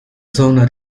zona